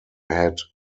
had